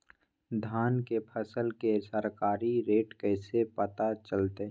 धान के फसल के सरकारी रेट कैसे पता चलताय?